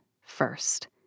first